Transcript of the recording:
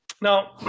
Now